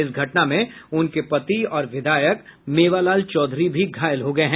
इस घटना में उनके पति और विधायक मेवालाल चौधरी भी घायल हो गये है